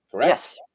Yes